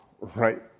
right